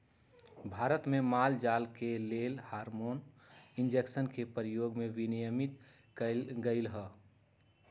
भारत में माल जाल के लेल हार्मोन इंजेक्शन के प्रयोग विनियमित कएल गेलई ह